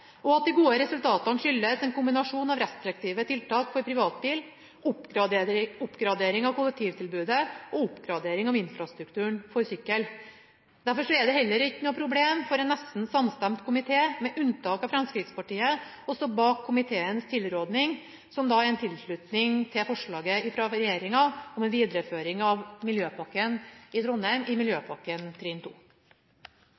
og at de gode resultatene skyldes en kombinasjon av restriktive tiltak for privatbil, oppgradering av kollektivtilbudet og oppgradering av infrastrukturen for sykkel. Derfor er det heller ikke noe problem for en nesten samstemt komité, med unntak av Fremskrittspartiet, å stå bak komiteens tilråding, som er en tilslutning til forslaget fra regjeringa om en videreføring av miljøpakken i Trondheim – Miljøpakke trinn 2. Jeg representerer unntaket, og jeg tar opp Fremskrittspartiets forslag i